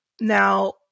Now